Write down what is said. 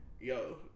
Yo